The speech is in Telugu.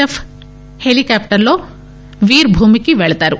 ఎఫ్ హెలికాప్టరల్లో వీర్భూమికి పెళతారు